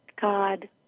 God